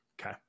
okay